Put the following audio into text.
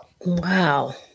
wow